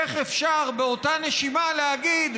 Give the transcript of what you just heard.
איך אפשר באותה נשימה להגיד: